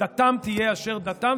דתם תהיה אשר תהיה.